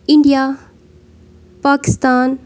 India Pakistan